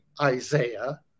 Isaiah